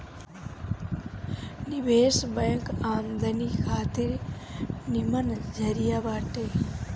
निवेश बैंक आमदनी खातिर निमन जरिया बाटे